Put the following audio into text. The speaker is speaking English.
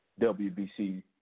WBC